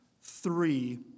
Three